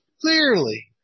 clearly